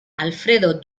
alfredo